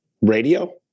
radio